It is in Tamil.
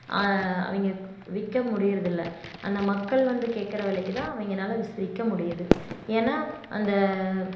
அவங்க விற்க முடியிறதில்லை அந்த மக்கள் வந்து கேட்குற விலைக்கிதான் அவங்கனால விற்க முடிய்உது ஏன்னா அந்த